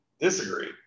Disagree